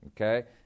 okay